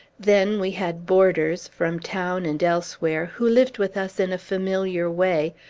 then we had boarders, from town and elsewhere, who lived with us in a familiar way,